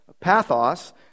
pathos